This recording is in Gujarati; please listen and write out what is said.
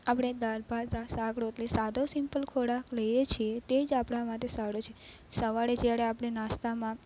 આપણે દાળ ભાત શાક રોટલી સાદો સિમ્પલ ખોરાક લઈએ છીએ તે જ આપણા માટે સારું છે સવારે જ્યારે આપણે નાસ્તામાં